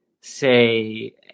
say